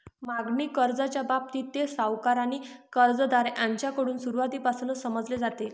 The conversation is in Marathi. मागणी कर्जाच्या बाबतीत, ते सावकार आणि कर्जदार यांच्याकडून सुरुवातीपासूनच समजले जाते